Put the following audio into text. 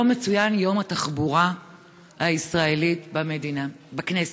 היום מצוין יום התחבורה הישראלית בכנסת,